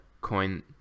coin